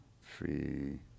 Free